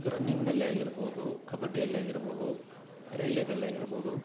ರನ್ನಿಂಗ್ನಲ್ಲೇ ಆಗಿರ್ಬೋದು ಕಬಡ್ಡಿಯಲ್ಲೇ ಆಗಿರ್ಬೋದು ರಿಲೇದಲ್ಲಾಗಿರ್ಬೋದು